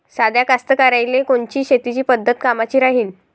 साध्या कास्तकाराइले कोनची शेतीची पद्धत कामाची राहीन?